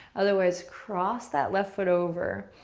otherwise, cross that left foot over.